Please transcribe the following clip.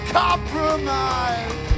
compromise